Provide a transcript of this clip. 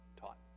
taught